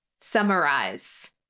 summarize